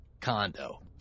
condo